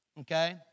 Okay